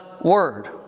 Word